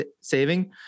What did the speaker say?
saving